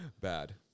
Bad